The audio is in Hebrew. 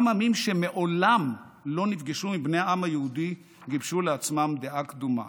גם עמים שמעולם לא נפגשו עם בני העם היהודי גיבשו לעצמם דעה קדומה.